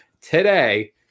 today